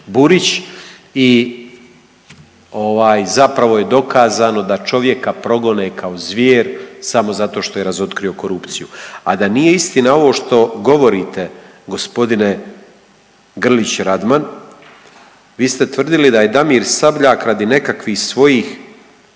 zapravo je dokazano da čovjeka progone kao zvijer samo zato što je razotkrio korupciju. A da nije istina ovo što govorite, g. Grlić Radman, vi ste tvrdili da je Damir Sabljak radi nekakvih svojih